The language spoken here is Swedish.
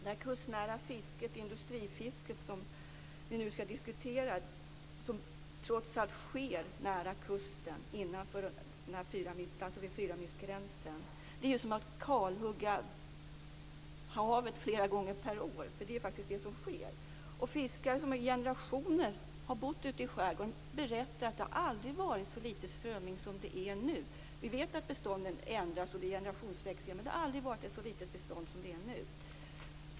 Det kustnära fisket, det industrifiske, som vi nu skall diskutera och som trots allt sker nära kusten, vid fyramilsgränsen, kan jämföras med att kalhugga havet flera gånger per år. Det är faktiskt vad som sker. Fiskare som i generationer har bott ute i skärgården berättar att det aldrig har varit så lite strömming som det är nu. Vi vet att bestånden ändras och att det är generationsväxlingar men det har aldrig varit ett så litet bestånd som nu.